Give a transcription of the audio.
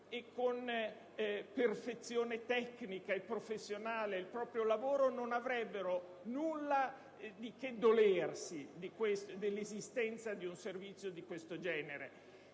e con perfezione tecnica e professionale il proprio lavoro, non avrebbero nulla di che dolersi dell'esistenza di un servizio di questo genere;